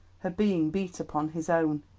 her being beat upon his own.